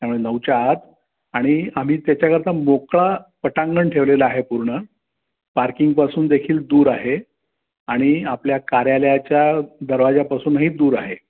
त्यामुळे नऊच्या आत आणि आम्ही त्याच्याकरता मोकळा पटांगण ठेवलेला आहे पूर्ण पार्किंगपासून देखील दूर आहे आणि आपल्या कार्यालयाच्या दरवाज्यापासूनही दूर आहे